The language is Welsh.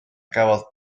gafodd